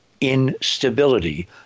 instability